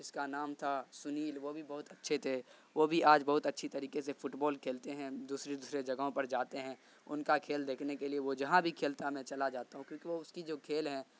اس کا نام تھا سنیل وہ بھی بہت اچھے تھے وہ بھی آج بہت اچھی طریقے سے فٹ بال کھیلتے ہیں دوسرے دوسرے جگہوں پر جاتے ہیں ان کا کھیل دیکھنے کے لیے وہ جہاں بھی کھیلتا ہے میں چلا جاتا ہوں کیونکہ اس کی جو کھیل ہیں